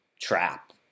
trap